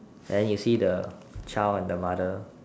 then you see the child and the mother